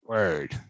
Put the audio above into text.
Word